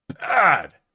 bad